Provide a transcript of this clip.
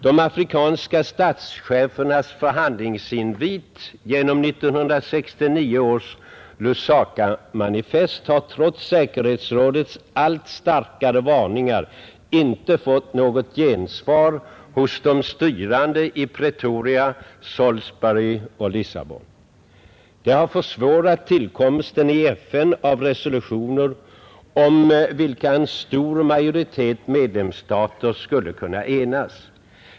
De afrikanska statschefernas förhandlingsinvit genom 1969 års Lusakamanifest har trots säkerhetsrådets allt starkare varningar inte fått något gensvar hos de styrande i Pretoria, Salisbury och Lissabon. Detta har försvårat tillkomsten i FN av resolutioner om vilka en stor majoritet medlemsstater skulle kunna enas.